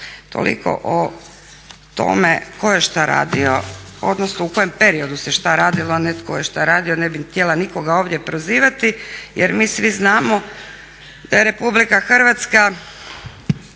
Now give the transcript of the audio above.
Toliko o tome tko je šta radio, odnosno u kojem periodu se šta radilo, a ne tko je šta radilo. Ne bih htjela nikoga ovdje prozivati, jer mi svi znamo da je Republika Hrvatska